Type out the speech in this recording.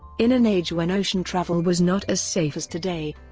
in an age when ocean travel was not as safe as today,